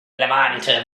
levanter